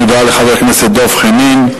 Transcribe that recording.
תודה לחבר הכנסת דב חנין.